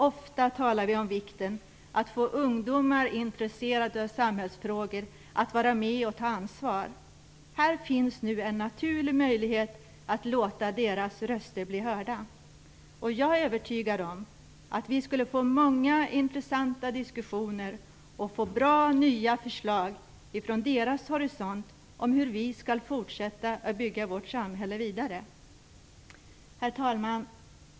Ofta talar vi om vikten av att få ungdomar intresserade av samhällsfrågor, att vara med och ta ansvar. Här finns nu en naturlig möjlighet att låta deras röster bli hörda. Jag är övertygad om att vi skulle få många intressanta diskussioner och bra nya förslag från deras horisont om hur vi skall fortsätta att bygga vårt samhälle vidare. Herr talman!